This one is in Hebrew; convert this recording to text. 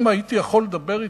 אם הייתי יכול לדבר אתו,